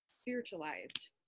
Spiritualized